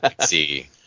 see